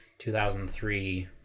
2003